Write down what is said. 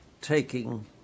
taking